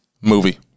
movie